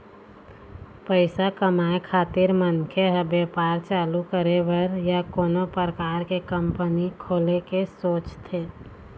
पइसा कमाए खातिर मनखे ह बेपार चालू करे बर या कोनो परकार के कंपनी खोले के सोचथे